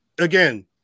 again